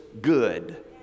good